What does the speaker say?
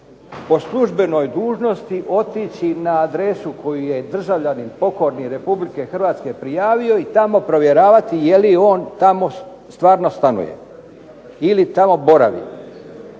po službenoj dužnosti otići na adresu koju je državljanin pokorni RH prijavio i tamo provjeravati je li on tamo stvarno stanuje ili tamo boravi.